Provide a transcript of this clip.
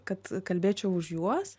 kad kalbėčiau už juos